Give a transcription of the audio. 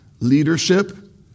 leadership